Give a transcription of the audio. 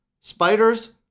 Spiders